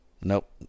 Nope